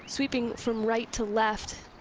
sweeping from right to left.